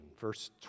Verse